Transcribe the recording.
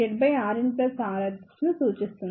RinRinRSను సూచిస్తుంది